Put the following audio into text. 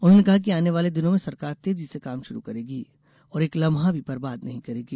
उन्होंने कहा कि आने वाले दिनों में सरकार तेजी से काम शुरू करेगी और एक लम्हा भी बर्बाद नहीं करेगी